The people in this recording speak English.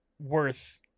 worth